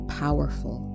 powerful